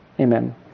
Amen